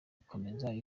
ikomeze